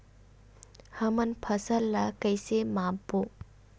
हमन फसल ला कइसे माप बो?